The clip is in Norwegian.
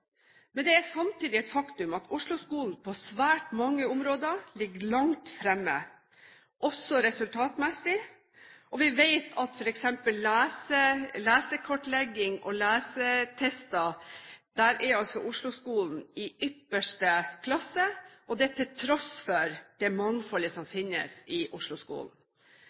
men det er samtidig et faktum at Oslo-skolen på svært mange områder ligger langt fremme også resultatmessig. Vi vet f.eks. at når det gjelder lesekartlegging og lesetester, er Oslo-skolen i ypperste klasse, og det til tross for det mangfoldet som finnes i